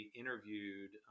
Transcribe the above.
interviewed